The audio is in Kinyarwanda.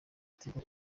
tigo